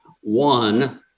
One